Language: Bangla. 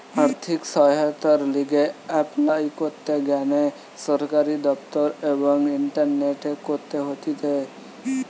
আর্থিক সহায়তার লিগে এপলাই করতে গ্যানে সরকারি দপ্তর এবং ইন্টারনেটে করতে হতিছে